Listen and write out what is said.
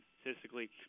statistically